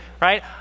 right